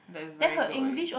that is very good already